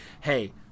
hey